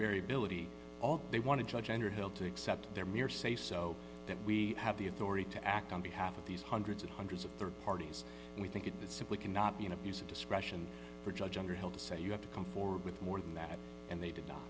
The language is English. variability all they want to judge entered hill to accept their mere say so that we have the authority to act on behalf of these hundreds and hundreds of rd parties and we think it is simply cannot be an abuse of discretion for judge underhill to say you have to come forward with more than that and they did